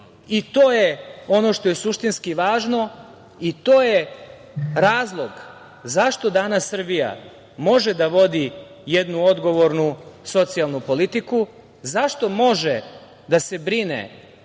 je ono što je suštinski važno, i to je razlog zašto danas Srbija može da vodi jednu odgovornu socijalnu politiku, zašto može da se brine